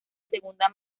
segunda